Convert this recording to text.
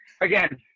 Again